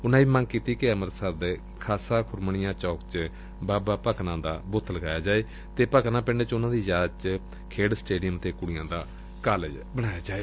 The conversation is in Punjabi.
ਉਨਾਂ ਇਹ ਵੀ ਮੰਗ ਕੀਤੀ ਕਿ ਅੰਮ੍ਰਿਤਸਰ ਦਾ ਖਾਸਾ ਖੁਰਮਨੀਆ ਚੌਕ ਚ ਬਾਬਾ ਭਕਨਾ ਦਾ ਬੁੱਤ ਲਗਾਇਆ ਜਾਏ ਅਤੇ ਭਕਨਾ ਪਿੰਡ ਚ ਉਨ੍ਹਾਂ ਦੀ ਯਾਦ ਚ ਖੰਡ ਸਟੇਡੀਅਮ ਅਤੇ ਕੁੜੀਆਂ ਦਾ ਕਾਲਿਜ ਬਣਾਇਆ ਜਾਏ